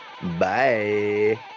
bye